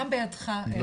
גם בידך.